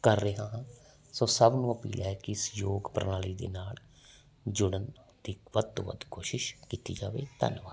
ਕਰ ਰਿਹਾ ਹਾਂ ਸੋ ਸਭ ਨੂੰ ਅਪੀਲ ਹੈ ਕਿ ਇਸ ਯੋਗ ਪ੍ਰਣਾਲੀ ਦੇ ਨਾਲ ਜੁੜਨ ਦੀ ਵੱਧ ਤੋਂ ਵੱਧ ਕੋਸ਼ਿਸ਼ ਕੀਤੀ ਜਾਵੇ ਧੰਨਵਾਦ